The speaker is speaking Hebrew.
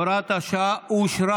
הוראת השעה אושרה.